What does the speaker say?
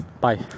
Bye